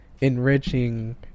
enriching